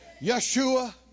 Yeshua